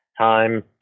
time